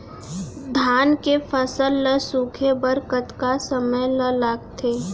धान के फसल ल सूखे बर कतका समय ल लगथे?